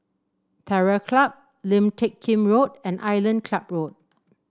Terror Club Lim Teck Kim Road and Island Club Road